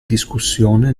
discussione